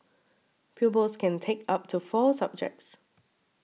pupils can take up to four subjects